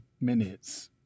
minutes